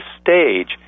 stage